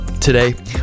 Today